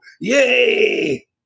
Yay